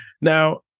Now